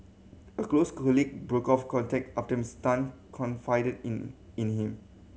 a close colleague broke off contact after Mister Tan confided in in him